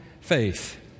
faith